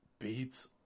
beats